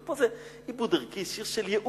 פה זה איבוד ערכי, שיר של ייאוש,